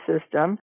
system